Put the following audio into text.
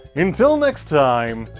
until next time,